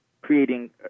creating